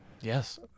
Yes